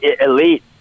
Elite